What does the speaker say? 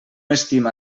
estima